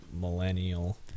millennial